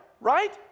right